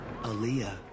Aaliyah